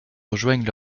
rejoignent